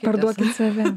parduokit save